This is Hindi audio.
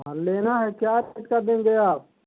हाँ लेना है क्या रेट का देंगे आप